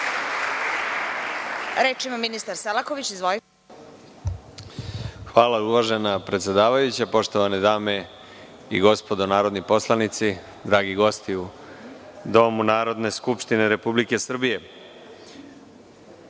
**Nikola Selaković** Hvala, uvažena predsedavajuća. Poštovane dame i gospodo narodni poslanici, dragi gosti u Domu Narodne skupštine Republike Srbije,